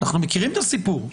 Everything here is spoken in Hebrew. אנחנו מכירים את הסיפור.